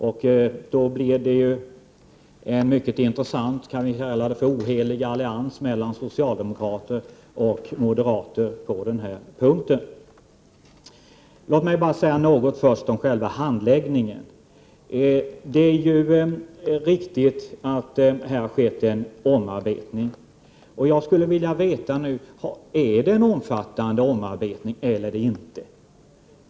Det blir då här en mycket intressant och ohelig allians mellan socialdemokrater och moderater. Låt mig först säga något om själva handläggningen. Det är riktigt att det här skett en omarbetning. Jag skulle vilja veta: Är det en omfattande omarbetning eller inte?